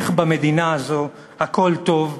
איך במדינה הזו הכול טוב,